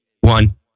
one